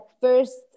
first